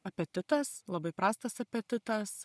apetitas labai prastas apetitas